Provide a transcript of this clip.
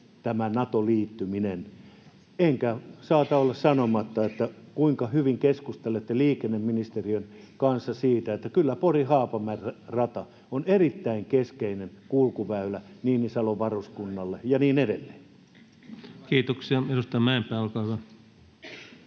tämä Nato-liittyminen. Enkä saata olla sanomatta: kuinka hyvin keskustelette liikenneministeriön kanssa siitä, että kyllä Pori—Haapamäki-rata on erittäin keskeinen kulkuväylä Niinisalon varuskunnalle ja niin edelleen? [Speech 158] Speaker: